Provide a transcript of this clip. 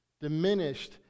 diminished